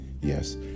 Yes